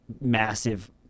massive